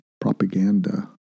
propaganda